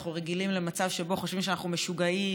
אנחנו רגילים למצב שבו חושבים שאנחנו משוגעים,